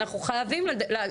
אנחנו חייבים,